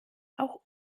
auch